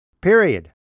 Period